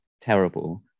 terrible